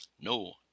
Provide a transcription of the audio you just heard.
No